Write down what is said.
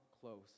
close